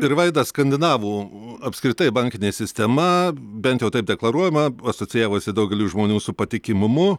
ir vaida skandinavų apskritai bankinė sistema bent jau taip deklaruojama asocijavosi daugeliui žmonių su patikimumu